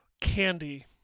Candy